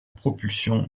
propulsion